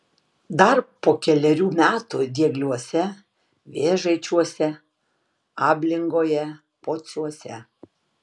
dar po kelerių metų diegliuose vėžaičiuose ablingoje pociuose